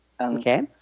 Okay